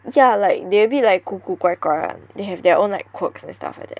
yeah like they a bit like 古古怪怪 [one] they have their own like quirks and stuff like that